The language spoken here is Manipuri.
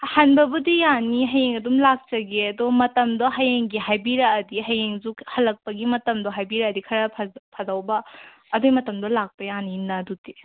ꯍꯟꯕꯨꯗꯤ ꯌꯥꯅꯤ ꯍꯌꯦꯡ ꯑꯗꯨꯝ ꯂꯥꯛꯆꯒꯦ ꯑꯗꯣ ꯃꯇꯝꯗꯣ ꯍꯌꯦꯡꯒꯤ ꯍꯥꯏꯕꯤꯔꯛꯑꯗꯤ ꯍꯌꯦꯡꯁꯨ ꯍꯜꯂꯛꯄꯒꯤ ꯃꯇꯝꯗꯣ ꯍꯥꯏꯕꯤꯔꯛꯑꯗꯤ ꯈꯔ ꯐꯗꯧꯕ ꯑꯗꯨꯒꯤ ꯃꯇꯝꯗꯣ ꯂꯥꯛꯄ ꯌꯥꯅꯤꯅ ꯑꯗꯨꯗꯤ